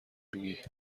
میگی